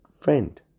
friend